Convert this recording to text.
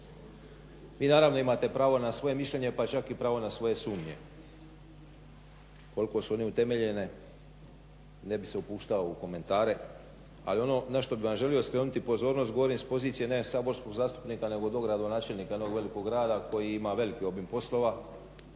vi naravno imate pravo na svoje mišljenje pa čak i pravo na svoje sumnje. Koliko su one utemeljene ne bih se upuštao u komentare, ali ono na što bih vam želio skrenuti pozornost govorim s pozicije ne saborskog zastupnika nego dogradonačelnika jednog velikog grada koji ima velik obim poslova